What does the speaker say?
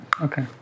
okay